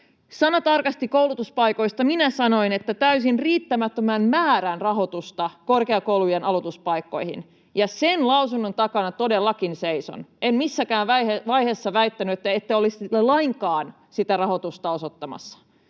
Sanatarkasti koulutuspaikoista minä sanoin, että ”täysin riittämättömän määrän rahoitusta” korkeakoulujen aloituspaikkoihin, ja sen lausunnon takana todellakin seison. En missään vaiheessa väittänyt, että ette olisi lainkaan sitä rahoitusta osoittamassa.